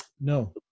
No